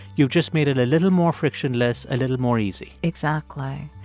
you've just made it a little more frictionless, a little more easy exactly.